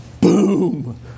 Boom